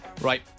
Right